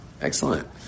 Excellent